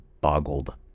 boggled